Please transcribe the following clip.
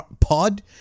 pod